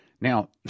Now